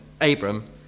Abram